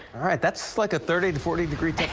right that's like a thirty to forty degrees.